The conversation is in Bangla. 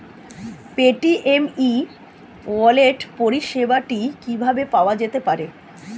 পেটিএম ই ওয়ালেট পরিষেবাটি কিভাবে পাওয়া যেতে পারে?